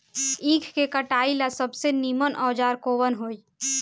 ईख के कटाई ला सबसे नीमन औजार कवन होई?